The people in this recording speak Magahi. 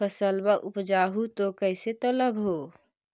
फसलबा उपजाऊ हू तो कैसे तौउलब हो?